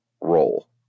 role